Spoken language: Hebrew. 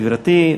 גברתי,